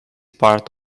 part